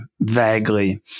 vaguely